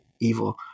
evil